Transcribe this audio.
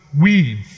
weeds